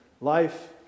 life